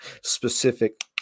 specific